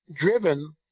driven